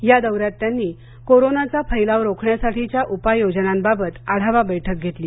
या दौऱ्यात त्यांनी कोरोनाचा फैलाव रोखण्यासाठीच्या उपाययोजनाबाबत आढावा बैठक घेतली